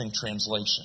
Translation